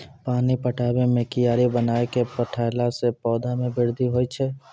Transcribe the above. पानी पटाबै मे कियारी बनाय कै पठैला से पौधा मे बृद्धि होय छै?